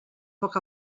poc